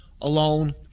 alone